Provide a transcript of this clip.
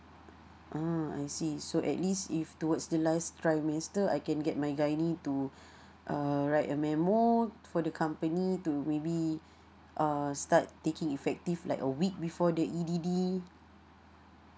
ah I see so at least if towards the last trimister I can get my gynae to uh write a memo for the company to maybe uh start taking effective like a week before the E_D_D